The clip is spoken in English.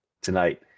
tonight